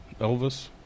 Elvis